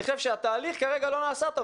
אני חושב שהתהליך לא נעשה טוב.